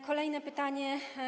Kolejne pytanie.